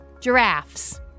Giraffes